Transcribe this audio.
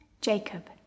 Jacob